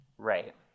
Right